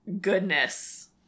Goodness